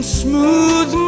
smooth